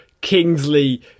Kingsley